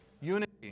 unity